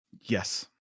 Yes